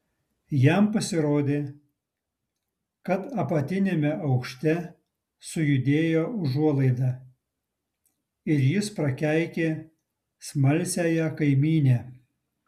jam pasirodė kad apatiniame aukšte sujudėjo užuolaida ir jis prakeikė smalsiąją kaimynę